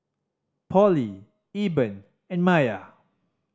Pollie Eben and Mya